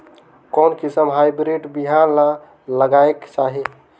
कोन किसम हाईब्रिड बिहान ला लगायेक चाही?